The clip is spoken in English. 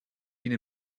been